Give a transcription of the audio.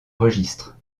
registre